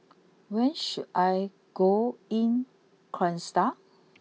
where should I go in Kyrgyzstan